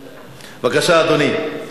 בבקשה, אדוני.